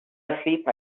asleep